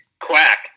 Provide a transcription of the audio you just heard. Quack